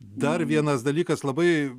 dar vienas dalykas labai